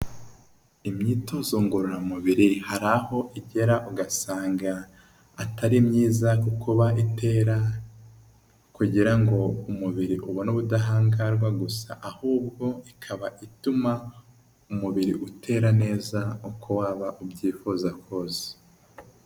Imyitozo ngororamubiri hari aho igera ugasanga atari myiza kukuba itera kugira ngo umubiri ubone ubudahangarwa gusa, ahubwo ikaba ituma umubiri utera neza uko waba ubyifuza kose.